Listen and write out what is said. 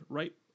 right